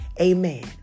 Amen